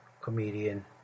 comedian